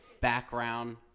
background